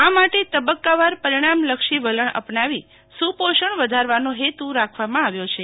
આ માટે તબક્કાવાર પરિણામલક્ષી વલણ અપનાવી સુપોષણ વધારવાનો હેતુ રાખવામાં આવ્યો છે